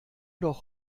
doch